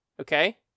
okay